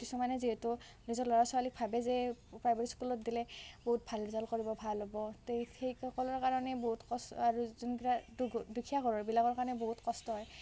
কিছুমানে যিহেতু নিজৰ ল'ৰা ছোৱালীক ভাবে যে প্ৰাইভেট স্কুলত দিলে বহুত ভাল ৰিজাল্ট কৰিব বহুত ভাল হ'ব তে সেইসকলৰ কাৰণে বহুত কষ্ট আৰু যোনকেইটা দু দুখীয়া ঘৰৰবিলাকৰ কাৰণে বহুত কষ্ট হয়